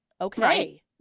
Okay